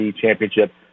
championship